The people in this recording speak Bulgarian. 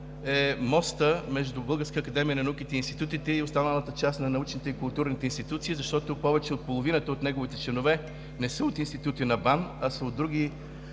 е мостът между Българската академия на науките и институтите и останалата част на научните и културните институции, защото повече от половината от неговите членове не са от институти на БАН, а са от други